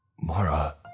Mara